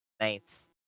nice